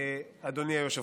אדוני היושב-ראש.